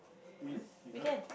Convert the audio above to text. really you can't